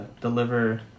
deliver